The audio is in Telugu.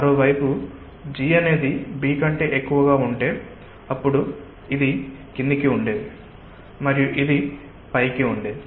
మరోవైపు G అనేది B కంటే ఎక్కువగా ఉంటే అప్పుడు ఇది క్రిందికి ఉండేది మరియు ఇది పైకి ఉండేది